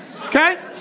okay